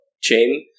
chain